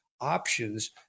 options